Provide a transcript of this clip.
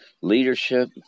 leadership